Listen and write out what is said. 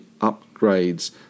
upgrades